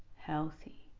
healthy